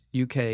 UK